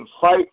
fight